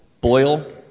boil